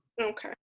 okay